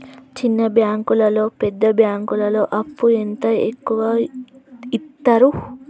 చిన్న బ్యాంకులలో పెద్ద బ్యాంకులో అప్పు ఎంత ఎక్కువ యిత్తరు?